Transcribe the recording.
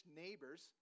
neighbors